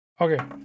okay